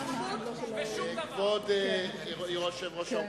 (חבר הכנסת דני דנון יוצא מאולם המליאה.) כבוד יושבת-ראש האופוזיציה,